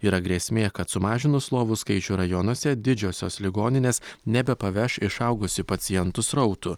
yra grėsmė kad sumažinus lovų skaičių rajonuose didžiosios ligoninės nebepaveš išaugusių pacientų srautų